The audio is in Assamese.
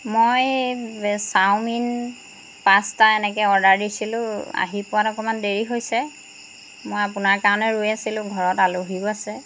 মই এই চাওমিন পাস্তা এনেকৈ অৰ্ডাৰ দিছিলোঁ আহি পোৱাত অকণমান দেৰি হৈছে মই আপোনাৰ কাৰণে ৰৈ আছিলোঁ ঘৰত আলহীও আছে